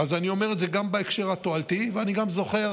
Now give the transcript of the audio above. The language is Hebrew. אז אני אומר גם בהקשר התועלתי, ואני גם זוכר,